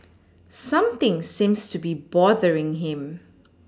something seems to be bothering him